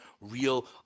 real